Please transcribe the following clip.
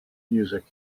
music